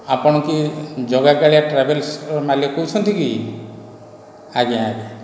ଆପଣ କିଏ ଜଗା କାଳିଆ ଟ୍ରାଭେଲସ୍ର ମାଲିକ କହୁଛନ୍ତି କି ଆଜ୍ଞା ଆଜ୍ଞା